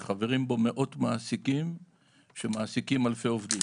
חברים בו מאות מעסיקים שמעסיקים אלפי עובדים.